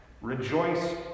Rejoice